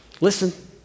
Listen